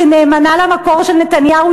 שנאמנה למקור של נתניהו,